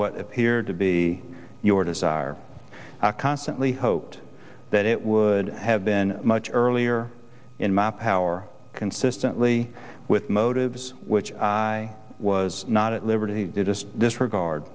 what appeared to be your desire constantly hoped that it would have been much earlier in my power consistently with motives which i was not at liberty to disregard